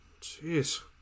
jeez